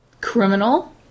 criminal